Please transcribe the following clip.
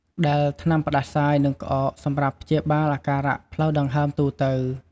ដែលថ្នាំផ្តាសាយ និងក្អក សម្រាប់ព្យាបាលអាការៈផ្លូវដង្ហើមទូទៅ។